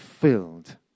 filled